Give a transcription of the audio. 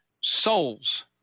souls